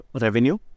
revenue